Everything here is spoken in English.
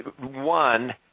one